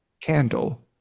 candle